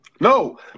No